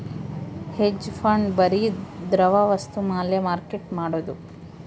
hedge fund ಬರಿ ದ್ರವ ವಸ್ತು ಮ್ಯಾಲ ಮಾರ್ಕೆಟ್ ಮಾಡೋದು